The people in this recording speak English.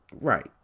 Right